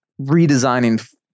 redesigning